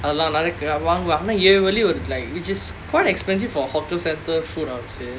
வாங்குவேன் ஆனா ஏழு வெள்ளி வரும்:vaanguvaen aanaa ezhu velli varum like which is quite expensive for a hawker centre food I would say